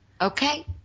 Okay